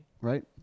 right